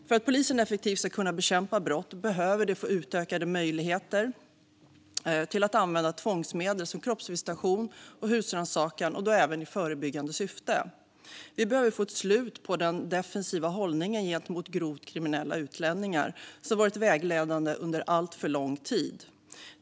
För att polisen effektivt ska kunna bekämpa brott behöver de få utökade möjligheter till att använda tvångsmedel, exempelvis kroppsvisitation och husrannsakan även i förebyggande syfte. Vi behöver få ett slut på den defensiva hållningen gentemot grovt kriminella utlänningar, som varit vägledande under alltför lång tid.